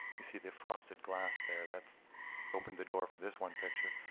you see the frosted glass there. that's open the door for this one picture.